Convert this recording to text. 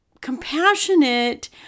compassionate